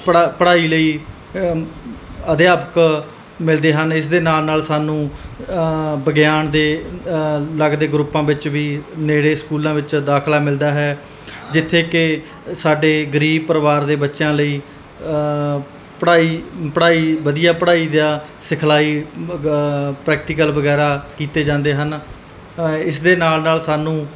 ਪੜ੍ਹਾਈ ਪੜ੍ਹਾਈ ਲਈ ਅਮ ਅਧਿਆਪਕ ਮਿਲਦੇ ਹਨ ਇਸ ਦੇ ਨਾਲ ਨਾਲ ਸਾਨੂੰ ਵਿਗਿਆਨ ਦੇ ਲੱਗਦੇ ਗਰੁੱਪਾਂ ਵਿੱਚ ਵੀ ਨੇੜੇ ਸਕੂਲਾਂ ਵਿੱਚ ਦਾਖਲਾ ਮਿਲਦਾ ਹੈ ਜਿੱਥੇ ਕਿ ਸਾਡੇ ਗਰੀਬ ਪਰਿਵਾਰ ਦੇ ਬੱਚਿਆਂ ਲਈ ਪੜ੍ਹਾਈ ਪੜ੍ਹਾਈ ਵਧੀਆ ਪੜ੍ਹਾਈ ਦਾ ਸਿਖਲਾਈ ਪ੍ਰੈਕਟੀਕਲ ਵਗੈਰਾ ਕੀਤੇ ਜਾਂਦੇ ਹਨ ਇਸ ਦੇ ਨਾਲ ਨਾਲ ਸਾਨੂੰ